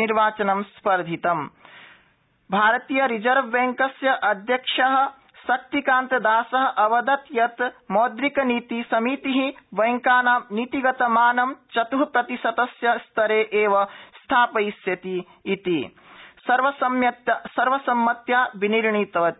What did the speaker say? निर्वाचनं स्थितम आरबीआई भारतीय रिज़र्व बैंकस्य अध्यक्षः शक्तिकान्तदासः अवदत यत मौद्रिक नीति समितिः बैंकानां नीतिगत मानं चत्ःप्रतिशतस्य स्तरे एव स्था यिष्यति इति सर्वसम्मत्या विनिर्णितवती